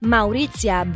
Maurizia